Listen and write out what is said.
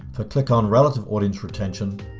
ah click on relative audience retention,